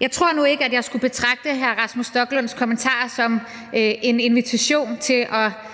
Jeg tror nu ikke, at jeg skulle betragte hr. Rasmus Stoklunds kommentarer som en invitation til at